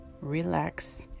relax